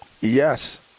Yes